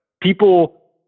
people